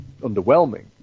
underwhelming